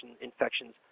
infections